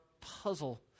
puzzle